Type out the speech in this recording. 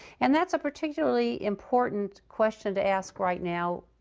and that's a particularly important question to ask right now,